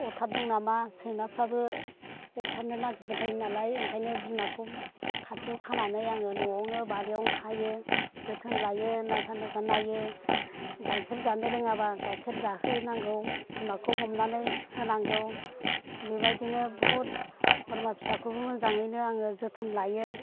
अरथारदों नामा सैमाफ्राबो अरथारनो नागिरबाय थायो नालाय ओंखायनो बिमाखौ खाथियाव खानानै आंङो न'आवनो बारियावनो खायो जोथोन लायो नायफा नायफा नायो गाइखेर जानो रोंङाब्ला गाइखेर जाहो नांगौ बिमाखौ हमनानै होनांगौ बेबादिनो बहुद बोरमा फिसाखौबो मोजाङैनो आङो जोथोन लायो